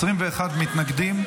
21 בעד, 46 מתנגדים,